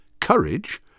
Courage